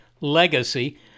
legacy